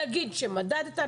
נגיד שמדדת,